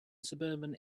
suburban